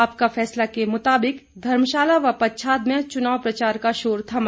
आपका फैसला के मुताबिक धर्मशाला व पच्छाद में चुनाव प्रचार का शोर थमा